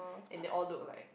and they all look like